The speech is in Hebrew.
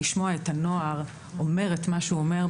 לשמוע את הנוער אומר את מה שהוא אומר,